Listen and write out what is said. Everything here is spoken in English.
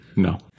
No